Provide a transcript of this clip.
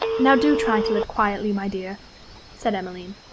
now do try to live quietly, my dear said emmeline.